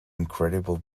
incredibly